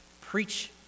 Preach